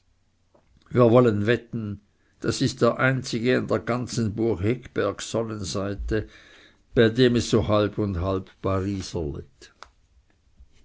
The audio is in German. wir wollen wetten das ist der einzige an der ganzen bucheggberg sonnseite bei dem es so halb und halb